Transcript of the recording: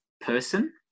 person